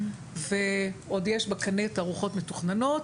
ועוד יש בקנה תערוכות מתוכננות.